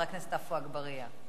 חבר הכנסת עפו אגבאריה.